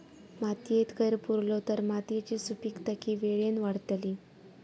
मातयेत कैर पुरलो तर मातयेची सुपीकता की वेळेन वाडतली?